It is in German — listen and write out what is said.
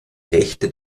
rechte